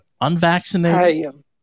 Unvaccinated